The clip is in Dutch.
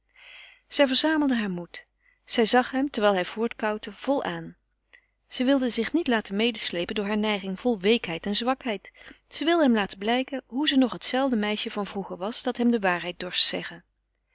zij verzamelde heur moed zij zag hem terwijl hij voortkoutte vol aan zij wilde zich niet laten medesleepen door hare neiging vol weekheid en zwakheid zij wilde hem laten blijken hoe ze nog hetzelfde meisje van vroeger was dat hem de waarheid dorst zeggen